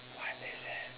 what is it